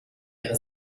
ihre